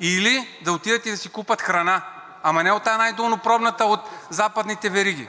или да отидат и да си купят храна, ама не от тази най-долнопробната от западните вериги.